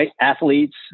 athletes